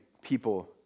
people